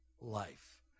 life